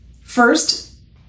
First